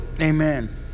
Amen